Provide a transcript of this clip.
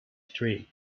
street